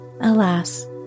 Alas